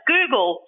Google